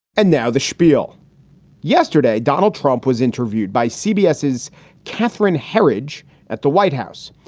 and now the spiel yesterday, donald trump was interviewed by cbs is catherine herridge at the white house.